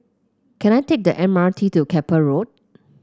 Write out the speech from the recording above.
can I take the M R T to Keppel Road